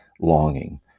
longing